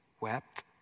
wept